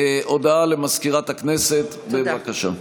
הודעה למזכירת הכנסת, בבקשה.